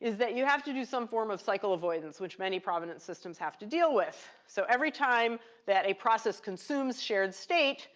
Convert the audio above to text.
is that you have to do some form of cycle avoidance, which many provenance systems have to deal with. so every time that a process consumes shared state,